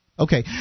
Okay